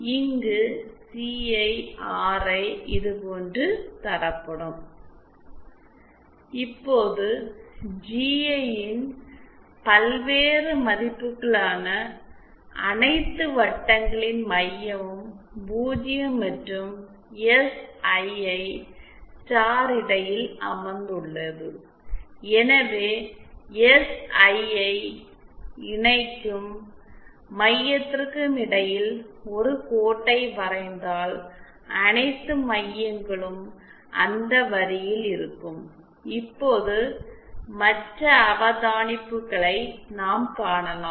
இங்கு CI RI இது போன்று தரப்படும் இப்போது ஜிஐ இன் பல்வேறு மதிப்புகளுக்கான அனைத்து வட்டங்களின் மையமும் 0 மற்றும் எஸ்ஐஐ ஸ்டார் இடையில் அமைந்துள்ளது எனவே எஸ்ஐஐ இணை க்கும் மையத்திற்கும் இடையில் ஒரு கோட்டை வரைந்தால் அனைத்து மையங்களும் அந்த வரியில் இருக்கும் இப்போது மற்ற அவதானிப்புகளை நாம் காணலாம்